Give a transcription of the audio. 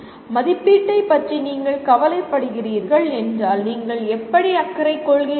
மதிப்பீட்டைப் பற்றி நீங்கள் கவலைப்படுகிறீர்கள் என்றால் நீங்கள் எப்படி அக்கறை கொள்கிறீர்கள்